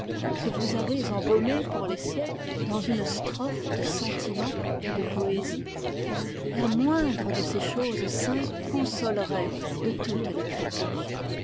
que vous avez embaumée pour les siècles dans une strophe de sentiment et de poésie la moindre de ces choses saintes consolerait de toutes les